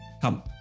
come